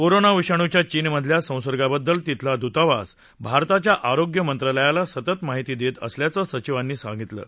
corona विषाणूच्या चीनमधल्या संसर्गाबद्दल तिथला दृतावास भारताच्या आरोग्य मंत्रालयाला सतत माहिती देत असल्याचं सचिवांनी सांगितलं आहे